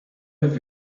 have